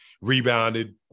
rebounded